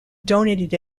donated